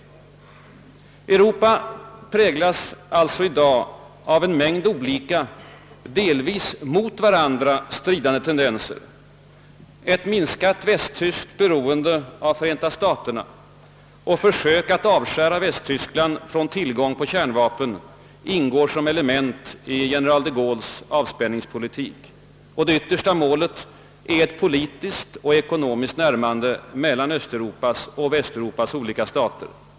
Europa präglas alltså i dag av en mängd olika delvis mot varandra stridande tendenser. Ett minskat västtyskt beroende av Förenta staterna och försök att avskära Västtyskland från till gång på kärnvapen ingår som element i general de Gaulles avspänningspolitik. Hans yttersta mål är ett politiskt och ekonomiskt närmande mellan Östeuropas och Västeuropas olika stater.